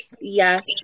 yes